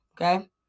Okay